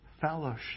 fellowship